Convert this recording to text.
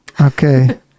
Okay